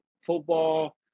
football